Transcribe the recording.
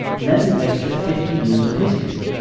and that's an extra fifty years of history!